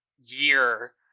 year